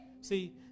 See